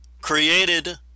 created